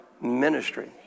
ministry